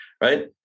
right